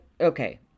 okay